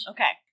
Okay